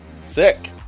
Sick